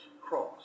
cross